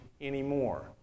anymore